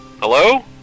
Hello